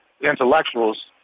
intellectuals